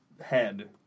head